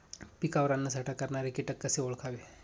पिकावर अन्नसाठा करणारे किटक कसे ओळखावे?